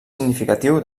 significatiu